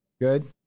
good